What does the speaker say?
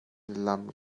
lam